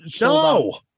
No